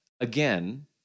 again